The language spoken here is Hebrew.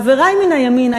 חברי מן הימין,